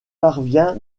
parvient